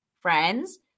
friends